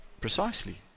precisely